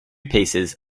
pieces